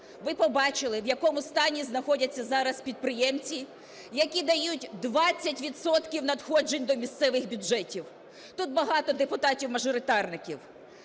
ви побачили, в якому стані знаходяться зараз підприємці, які дають 20 відсотків надходжень до місцевих бюджетів, тут багато депутатів-мажоритарників.